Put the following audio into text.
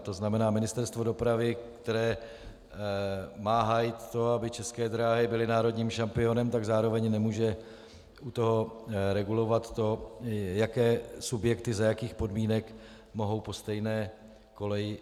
To znamená Ministerstvo dopravy, které má hájit to, aby České dráhy byly národním šampionem, tak zároveň nemůže regulovat to, jaké subjekty, za jakých podmínek mohou jezdit po stejné koleji.